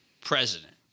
president